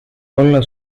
olla